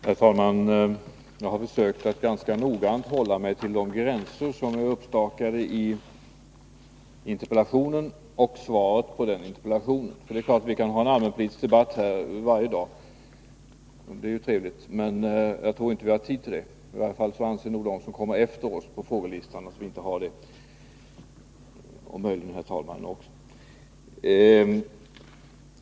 Herr talman! Jag har försökt att ganska noggrant hålla mig inom de gränser som är uppstakade i interpellationen och svaret på den. Det är klart att vi kan ha en allmänpolitisk debatt här varje dag — det är ju trevligt — men jag tror inte att vi har tid till det. I varje fall anser nog de som kommer efter oss på föredragningslistan — och möjligen också talmannen — att vi inte har det.